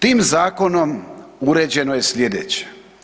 Tim zakonom uređeno je slijedeće.